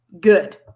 Good